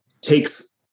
takes